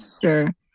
sure